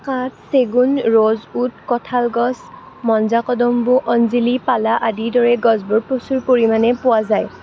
কাঠ চেগুন ৰ'জউড কঁঠাল গছ মঞ্জাকদম্বু অঞ্জিলি পালা আদিৰ দৰে গছবোৰ প্ৰচুৰ পৰিমাণে পোৱা যায়